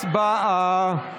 הצבעה.